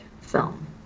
film